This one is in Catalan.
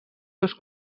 seus